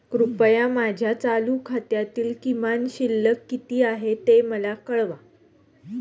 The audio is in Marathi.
कृपया माझ्या चालू खात्यासाठी किमान शिल्लक किती आहे ते मला कळवा